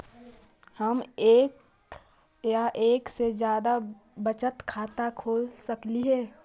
हम एक या एक से जादा बचत खाता खोल सकली हे?